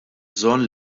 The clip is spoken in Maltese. bżonn